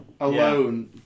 alone